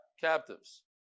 captives